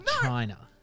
China